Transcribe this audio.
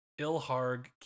Ilharg